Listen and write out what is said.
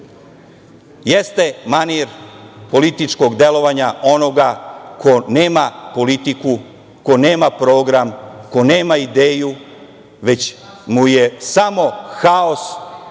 jeste manir političkog delovanja onoga ko nema politiku, ko nema program, ko nema ideju, već mu je samo haos,